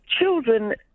children